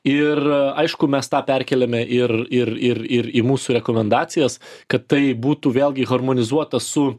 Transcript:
ir aišku mes tą perkeliame ir ir ir ir į mūsų rekomendacijas kad tai būtų vėlgi harmonizuota su